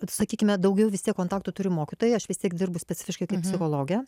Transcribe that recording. sakykime daugiau visi kontaktų turi mokytojai aš vis tiek dirbu specifiškai kaip psichologė